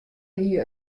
hie